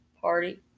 party